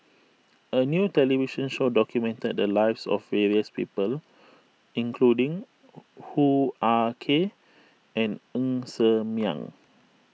a new television show documented the lives of various people including Hoo Ah Kay and Ng Ser Miang